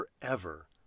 forever